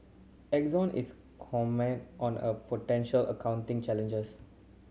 Exxon is comment on a potential accounting changes